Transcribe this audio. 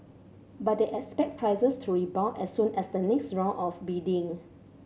but they expect prices to rebound as soon as the next round of bidding